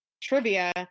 trivia